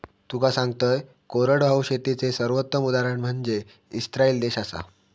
तुका सांगतंय, कोरडवाहू शेतीचे सर्वोत्तम उदाहरण म्हनजे इस्राईल देश आसा